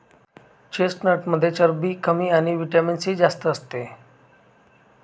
चेस्टनटमध्ये चरबी कमी आणि व्हिटॅमिन सी जास्त असते